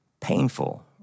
painful